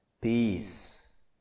Peace